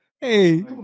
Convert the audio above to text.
Hey